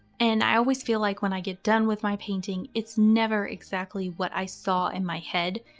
and i always feel like when i get done with my painting, it's never exactly what i saw in my head.